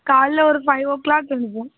காலைல ஒரு five o'clock எழுந்திரிப்போம்